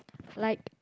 like